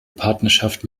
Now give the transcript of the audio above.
partnerschaft